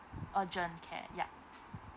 urgent care ya